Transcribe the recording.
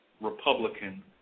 Republican